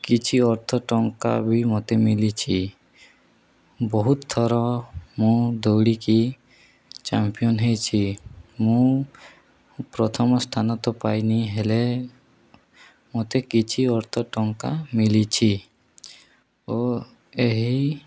କିଛି ଅର୍ଥ ଟଙ୍କା ବି ମୋତେ ମିଳିଛି ବହୁତ ଥର ମୁଁ ଦୌଡ଼ିକି ଚମ୍ପିଅନ୍ ହେଇଛି ମୁଁ ପ୍ରଥମ ସ୍ଥାନ ତ ପାଇନି ହେଲେ ମୋତେ କିଛି ଅର୍ଥ ଟଙ୍କା ମିଳିଛି ଓ ଏହି